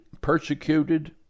persecuted